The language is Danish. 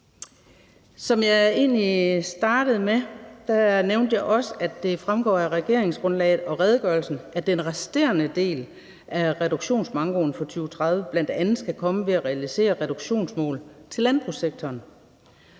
Jeg startede med at nævne, at det også fremgår af regeringsgrundlaget og redegørelsen, at den resterende del af reduktionsmankoen for 2030 bl.a. skal komme ved at realisere reduktionsmål for landbrugssektoren.